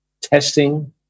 testing